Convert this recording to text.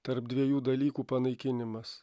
tarp dviejų dalykų panaikinimas